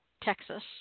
Texas